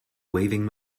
waving